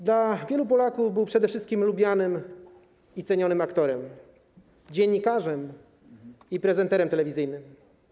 Dla wielu Polaków był przede wszystkim lubianym i cenionym aktorem, dziennikarzem i prezenterem telewizyjnym.